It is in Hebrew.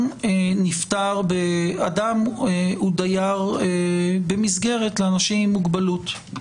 אדם הוא דייר במסגרת לאנשים עם מוגבלות,